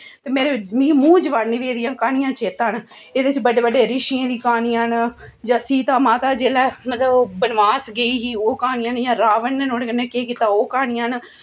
ते मेरे मूंह् जवानी बी एह्दी क्हानियां चेता न एह्दे च बड़े बड़े रिक्षी दियां क्हानियां न जां सीता माता जिसले मतलब बनबास गेई ही ओह् क्हानियां न रावन ने नोआढ़े कन्ने केह् कीता ओह् क्हानियां न